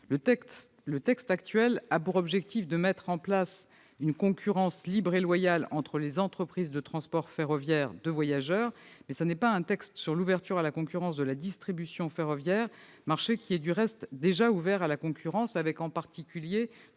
Le texte actuel a pour objectif de mettre en place une concurrence libre et loyale entre les entreprises de transport ferroviaire de voyageurs, mais il ne porte pas sur l'ouverture à la concurrence de la distribution ferroviaire, marché qui est du reste déjà ouvert à la concurrence, avec en particulier